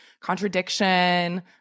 contradiction